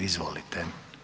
Izvolite.